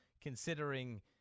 considering